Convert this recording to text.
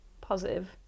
positive